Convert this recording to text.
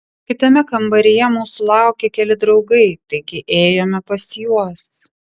kitame kambaryje mūsų laukė keli draugai taigi ėjome pas juos